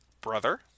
brother